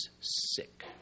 sick